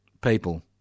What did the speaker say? people